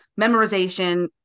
memorization